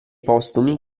postumi